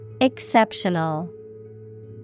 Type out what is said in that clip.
Exceptional